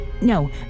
No